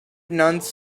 nuns